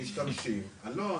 לא,